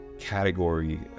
category